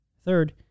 Third